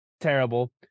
Terrible